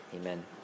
Amen